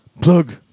plug